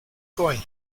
going